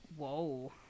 Whoa